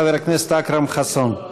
חבר הכנסת אכרם חסון.